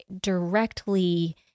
directly